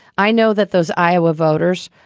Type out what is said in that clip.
i know that those iowa voters,